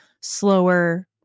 slower